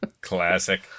Classic